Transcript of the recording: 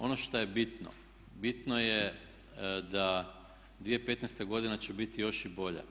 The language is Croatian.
Ono šta je bitno, bitno je da 2015.godina će biti još i bolja.